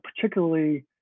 particularly